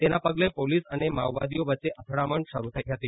તેના પગલે પોલીસ અને માઓવાદીઓ વચ્ચે અથડામણ શરુ થઇ હતી